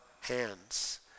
hands